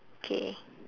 K